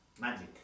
Magic